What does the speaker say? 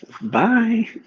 Bye